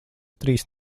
trīs